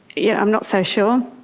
yeah i'm not so sure.